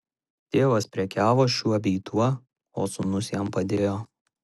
tėvas prekiavo šiuo bei tuo o sūnus jam padėjo